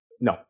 No